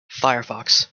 firefox